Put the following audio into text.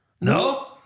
No